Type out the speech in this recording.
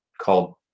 called